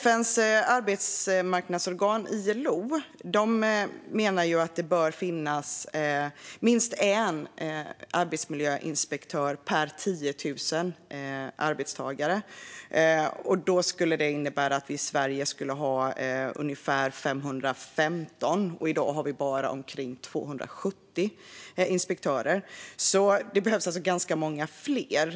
FN:s arbetsmarknadsorgan ILO menar att det bör finnas minst en arbetsmiljöinspektör per 10 000 arbetstagare. Det innebär att vi i Sverige skulle ha ungefär 515 inspektörer, men i dag har vi bara omkring 270. Det behövs alltså ganska många fler.